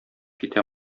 китә